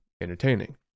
entertaining